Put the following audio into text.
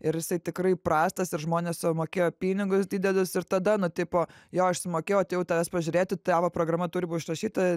ir jisai tikrai prastas ir žmonės sumokėjo pinigus didelius ir tada nu tipo jo aš sumokėjau atėjau tavęs pažiūrėti tavo programa turi būt išrašyta